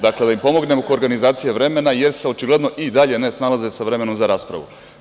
Dakle, da im pomognem oko organizacije vremena, jer se očigledno i dalje ne snalaze sa vremenom za raspravu.